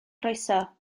croeso